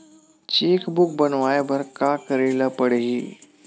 Cheque book बनवाय बर का करे ल पड़हि?